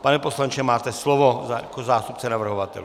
Pane poslanče, máte slovo jako zástupce navrhovatelů.